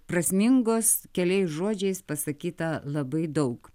prasmingos keliais žodžiais pasakyta labai daug